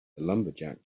lumberjack